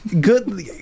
good